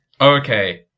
Okay